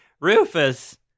Rufus